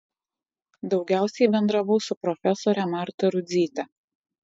daugiausiai bendravau su profesore marta rudzyte